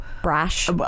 Brash